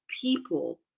people